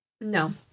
No